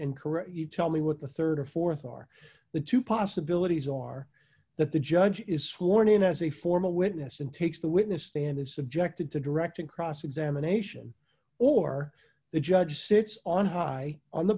correct you tell me what the rd or th are the two possibilities are that the judge is sworn in as a formal witness and takes the witness stand is subjected to direct and cross examination or the judge sits on high on the